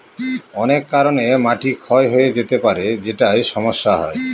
অনেক কারনে মাটি ক্ষয় হয়ে যেতে পারে যেটায় সমস্যা হয়